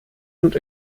und